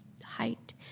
height